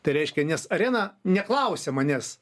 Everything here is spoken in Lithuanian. tai reiškia nes arena neklausia manęs